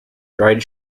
dried